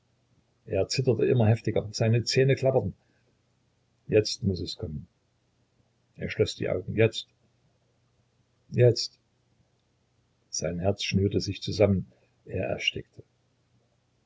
er zitterte immer heftiger seine zähne klapperten jetzt muß es kommen er schloß die augen jetzt jetzt sein herz schnürte sich zusammen er erstickte